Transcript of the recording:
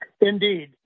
Indeed